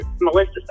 Melissa